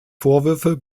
vorwürfe